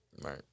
Right